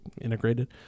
integrated